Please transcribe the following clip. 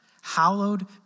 hallowed